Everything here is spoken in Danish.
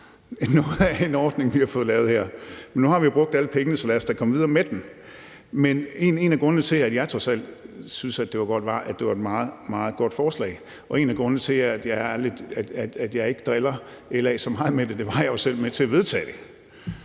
noget af en ordning, vi har fået lavet her. Men nu har vi brugt alle pengene, så lad os da komme videre med den. Men en af grundene til, at jeg trods alt synes, at det var godt, var, at det var et meget, meget godt forslag, og en af grundene til, at jeg ikke driller LA så meget med det, er, at jeg selv var med til at vedtage det,